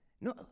No